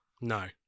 No